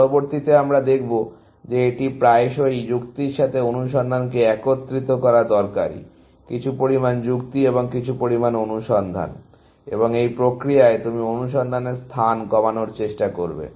পরবর্তীতে আমরা দেখব যে এটি প্রায়শই যুক্তির সাথে অনুসন্ধানকে একত্রিত করা দরকারী কিছু পরিমাণ যুক্তি এবং কিছু পরিমাণ অনুসন্ধান এবং এই প্রক্রিয়ায় তুমি অনুসন্ধানের স্থান কমানোর চেষ্টা করবে